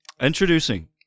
introducing